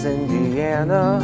Indiana